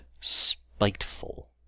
spiteful